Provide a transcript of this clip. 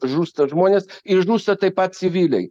žūsta žmonės ir žūsta taip pat civiliai